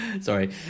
Sorry